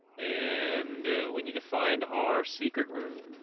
and we need to find our secret rooms